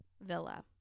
Villa